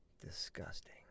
Disgusting